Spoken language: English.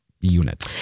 unit